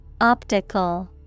Optical